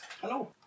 Hello